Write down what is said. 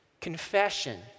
Confession